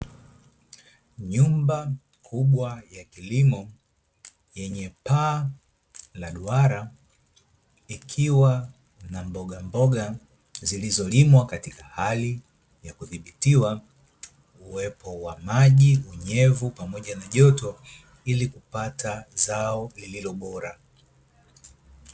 Nyumba kubwa ya kilimo yenye paa la duara ikiwa na mbogamboga zilizolimwa katika hali ya kudhibitiwa, uwezo wa maji, unyevu pamoja na joto ili kupata zao lililo bora.